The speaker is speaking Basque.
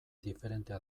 diferentea